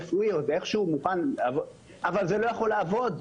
אבל זה לא יכול לעבוד,